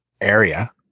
area